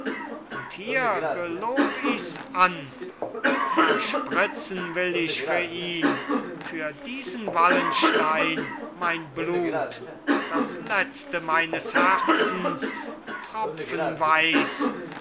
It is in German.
und hier gelob ichs an versprützen will ich für ihn für diesen wallenstein mein blut das letzte meines herzens tropfenweis